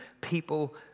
people